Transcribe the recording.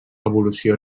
evolució